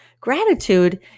Gratitude